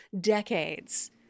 decades